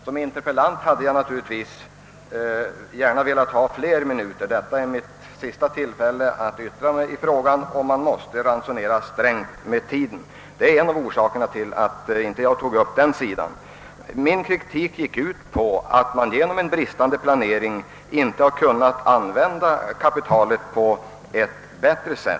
Som interpellant hade jag naturligtvis gärna velat ha längre tid till mitt förfogande. Detta är mitt sista tillfälle att yttra mig i frågan och man måste ransonera tiden hårt. Det är en av orsakerna till att jag inte tog upp den sidan av saken. Min kritik inriktade sig främst på det förhållandet, att man på grund av bristande planering inte har kunnat använda kapitalet på ett tillfredsställande sätt.